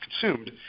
consumed